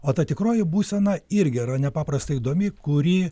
o ta tikroji būsena irgi yra nepaprastai įdomi kuri